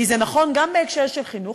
כי זה נכון גם בהקשר של חינוך,